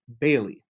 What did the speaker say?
Bailey